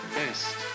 best